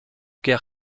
guère